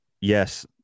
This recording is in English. yes